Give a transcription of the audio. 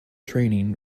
training